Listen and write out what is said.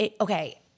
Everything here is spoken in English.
okay